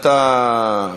אסור.